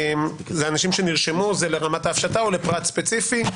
זה אנשים שנרשמו זה לרמת ההפשטה או לפרט ספציפי,